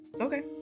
Okay